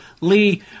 Lee